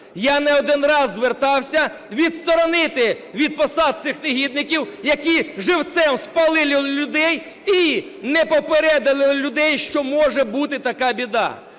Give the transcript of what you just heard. Я не один раз звертався відсторонити від посад цих негідників, які живцем спалили людей і не попередили людей, що може бути така біда.